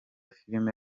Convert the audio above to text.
filime